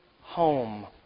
home